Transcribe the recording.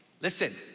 Listen